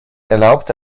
erlaubte